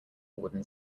wooden